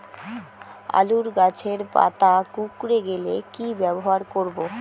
আলুর গাছের পাতা কুকরে গেলে কি ব্যবহার করব?